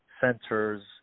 centers